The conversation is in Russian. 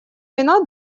вина